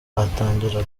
atangira